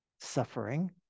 suffering